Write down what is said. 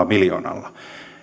miljoonalla